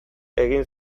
egin